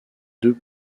deux